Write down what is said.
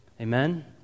Amen